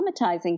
traumatizing